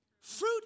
Fruit